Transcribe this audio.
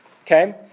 Okay